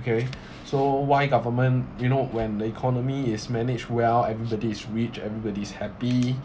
okay so why government you know when the economy is managed well everybody's rich everybody's happy